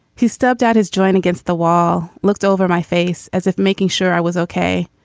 he stepped out his joint against the wall, looked over my face as if making sure i was ok,